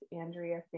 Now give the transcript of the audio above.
Andrea